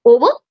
Over